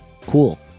Cool